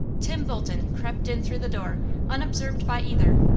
tim bolton crept in through the door unobserved by either,